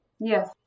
Yes